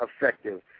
effective